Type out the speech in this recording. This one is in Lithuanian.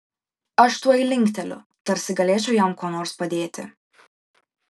aš tuoj linkteliu tarsi galėčiau jam kuo nors padėti